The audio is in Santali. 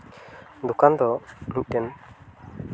ᱫᱚᱠᱟᱱ ᱫᱚ ᱢᱤᱫᱴᱮᱱ